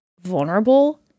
vulnerable